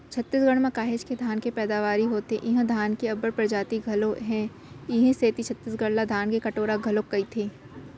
छत्तीसगढ़ म काहेच के धान के पैदावारी होथे इहां धान के अब्बड़ परजाति घलौ हे इहीं सेती छत्तीसगढ़ ला धान के कटोरा घलोक कइथें